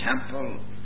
temple